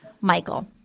michael